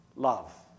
love